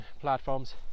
platforms